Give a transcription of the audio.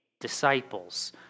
disciples